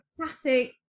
classic